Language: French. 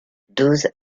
douze